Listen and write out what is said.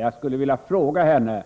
Jag skulle vilja fråga henne: